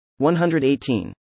118